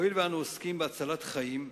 הואיל ואנו עוסקים בהצלת חיים,